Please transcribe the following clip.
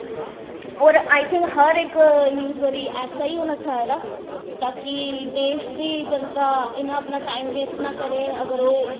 होर अजकल्ल हर इक न्यूज़ ऐसा ही होना चाहिदा तां कि देश दी जनता अपना टाईम बेस्ट ना करे अगर